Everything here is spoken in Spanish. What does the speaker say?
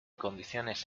condiciones